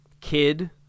Kid